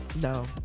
No